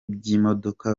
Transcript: by’imodoka